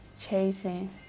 chasing